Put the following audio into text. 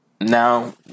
Now